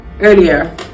earlier